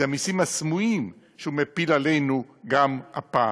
זה המסים הסמויים שהוא מפיל עלינו גם הפעם.